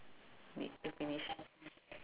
need to finish